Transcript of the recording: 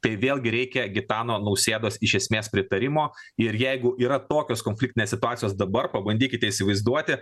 tai vėlgi reikia gitano nausėdos iš esmės pritarimo ir jeigu yra tokios konfliktinės situacijos dabar pabandykite įsivaizduoti